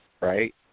right